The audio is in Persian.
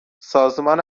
سازمان